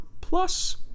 Plus